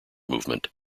movement